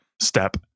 step